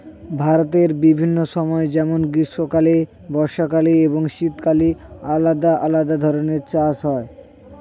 ভারতের বিভিন্ন সময় যেমন গ্রীষ্মকালে, বর্ষাকালে এবং শীতকালে আলাদা আলাদা ধরনের চাষ হয়